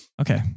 okay